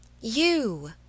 You